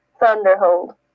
Thunderhold